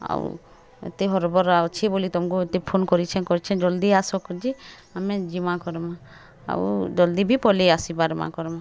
ଆଉ ଏତେ ହରବର୍ ଅଛେ ବୋଲି ତ ତମକୁ ଏତେ ଫୋନ୍ କରିଛେଁ କରିଛେଁ ଜଲ୍ଦି ଆସ କରିଚି ଆମେ ଯିମା କରମା ଆଉ ଜଲ୍ଦି ବି ପଲେଇ ଆସି ପାର୍ମା କର୍ମା